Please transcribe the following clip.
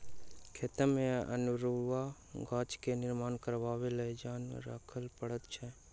खेतमे अनेरूआ गाछ के नियंत्रण करबाक लेल जन राखय पड़ैत छै